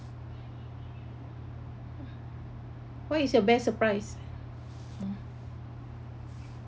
what is your best surprise